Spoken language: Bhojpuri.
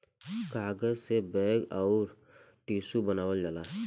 कागज से बैग अउर टिशू बनावल जाला